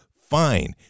fine